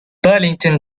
burlington